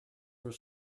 were